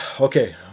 Okay